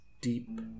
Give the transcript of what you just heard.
deep